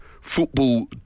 football